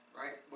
right